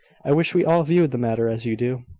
i wish we all viewed the matter as you do.